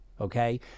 okay